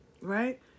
Right